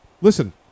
listen